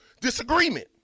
disagreement